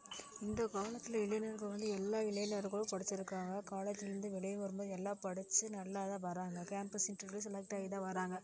இந்த காலத்தில் இளைஞர்கள் வந்து எல்லா இளைஞர்களும் படித்திருக்காங்க காலேஜுலேருந்து வெளியே வரும்போது எல்லா படித்து நல்லா தான் வர்றாங்க கேம்பஸ் இன்டர்வியூலேயும் செலக்ட்டாகி தான் வர்றாங்க